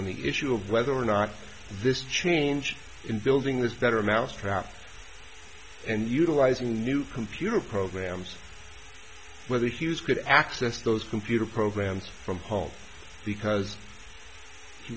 on the issue of whether or not this change in building this better mousetrap and utilizing new computer programs whether hughes could access those computer programs from home because he